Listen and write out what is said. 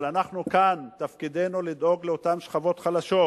אבל אנחנו כאן, תפקידנו לדאוג לאותן שכבות חלשות.